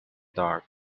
dark